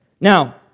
Now